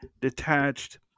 detached